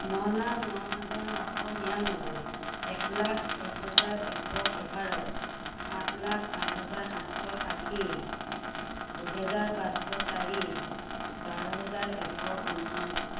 ন লাখ ন হাজাৰ নশ নিৰানব্বৈ এক লাখ এক হাজাৰ এশ এঘাৰ আঠ লাখ আঠ হাজাৰ আঠশ আশী দুহেজাৰ পাঁচশ চাৰি বাৰ হেজাৰ এশ ঊনত্ৰিছ